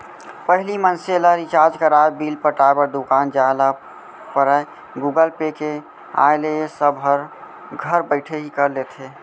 पहिली मनसे ल रिचार्ज कराय, बिल पटाय बर दुकान जाय ल परयए गुगल पे के आय ले ए सब ह घर बइठे ही कर लेथे